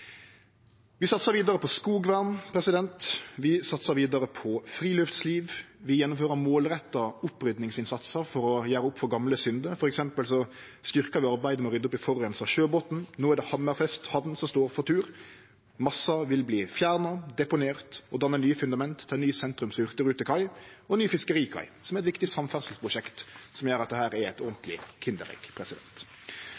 Vi satsar vidare på skogvern, vi satsar vidare på friluftsliv, vi gjennomfører målretta oppryddingsinnsatsar for å gjere opp for gamle synder. For eksempel styrkjer vi arbeidet med å rydde opp i forureina sjøbotn. No er det Hammerfest Havn som står for tur. Massen vil verte fjerna, deponert og danne nye fundament til ny hurtigrutekai og ny fiskerikai, som er eit viktig samferdselsprosjekt som gjer at dette er eit